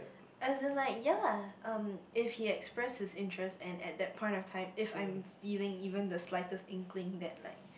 as in like ya lah um if he express his interest and at that point of time if I'm feeling even the slightest inkling that like